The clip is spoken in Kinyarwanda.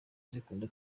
zikunda